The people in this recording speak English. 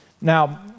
Now